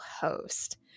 host